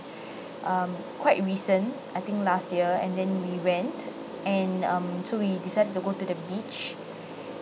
um quite recent I think last year and then we went and um so we decided to go to the beach